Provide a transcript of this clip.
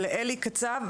אני מתנצלת.